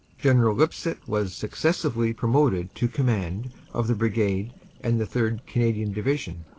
general lipsett was successively promoted to command of the brigade and the third. canadian division,